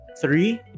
three